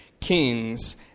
kings